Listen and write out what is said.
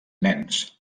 nens